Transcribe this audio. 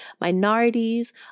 minorities